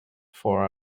for